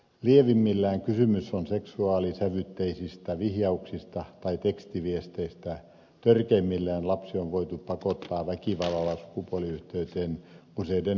lievimmillään kysymys on seksuaalisävytteisistä vihjauksista tai tekstiviesteistä törkeimmillään lapsi on voitu pakottaa väkivallalla sukupuoliyhteyteen useiden vuosien ajan